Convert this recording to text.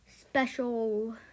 special